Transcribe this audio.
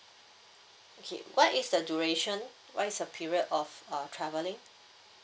okay what is the duration what is the period of uh travelling